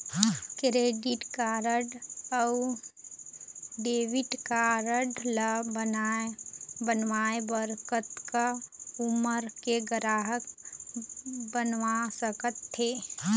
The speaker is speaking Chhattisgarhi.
क्रेडिट कारड अऊ डेबिट कारड ला बनवाए बर कतक उमर के ग्राहक बनवा सका थे?